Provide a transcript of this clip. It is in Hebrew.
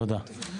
תודה.